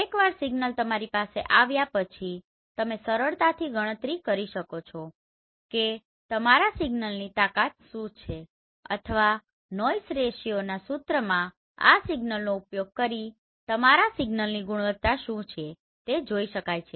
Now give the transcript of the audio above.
એકવાર સિગ્નલ તમારી પાસે આવ્યાં પછી તમે સરળતાથી ગણતરી કરી શકો છો કે તમારા સિગ્નલની તાકાત શું છે અથવા નોઈસ રેશીઓના સૂત્રમાં આ સિગ્નલનો ઉપયોગ કરીને તમારા સિગ્નલની ગુણવત્તા શું છે તે જોઈ શકો છો